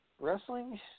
wrestling